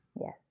Yes